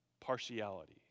partiality